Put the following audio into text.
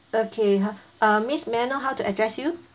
okay ho~ uh miss may I know how to address you